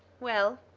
well,